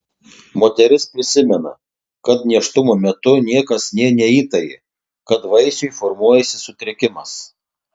moteris prisimena kad nėštumo metu niekas nė neįtarė kad vaisiui formuojasi sutrikimas